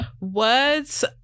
words